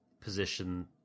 position